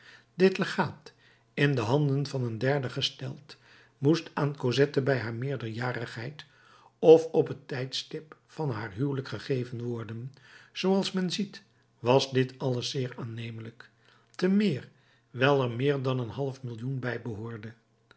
dit legaat in de handen van een derde gesteld moest aan cosette bij haar meerderjarigheid of op het tijdstip van haar huwelijk gegeven worden zooals men ziet was dit alles zeer aannemelijk te meer wijl er meer dan een half millioen bij behoorde